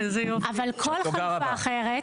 אבל כל חברה אחרת